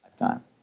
lifetime